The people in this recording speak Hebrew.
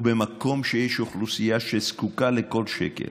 ובמקום שיש אוכלוסייה שזקוקה לכל שקל,